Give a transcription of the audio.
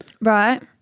Right